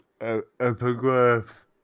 epigraph